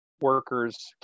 workers